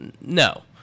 No